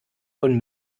von